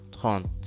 trente